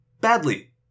badly